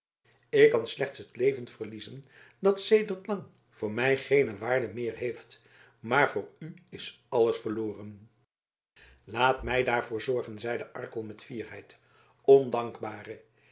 ik kan slechts het leven verliezen dat sedert lang voor mij geene waarde meer heeft maar voor u is alles verloren laat mij daarvoor zorgen zeide arkel met fierheid ondankbare